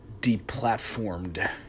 deplatformed